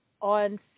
on